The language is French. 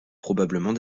probablement